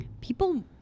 people